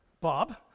Bob